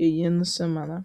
kai ji nusimena